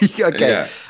okay